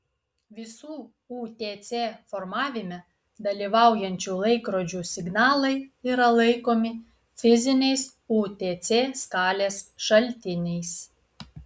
visų utc formavime dalyvaujančių laikrodžių signalai yra laikomi fiziniais utc skalės šaltiniais